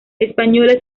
española